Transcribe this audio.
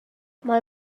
mae